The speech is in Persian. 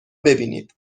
ببینید